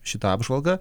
šitą apžvalgą